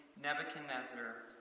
Nebuchadnezzar